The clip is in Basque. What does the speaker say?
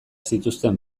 zituzten